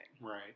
Right